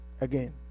again